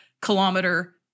kilometer